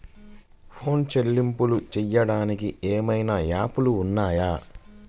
Phone చెల్లింపులు చెయ్యటానికి ఏవైనా యాప్లు ఉన్నాయా?